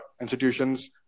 institutions